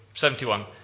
71